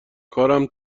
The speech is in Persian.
کارم